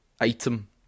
item